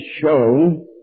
show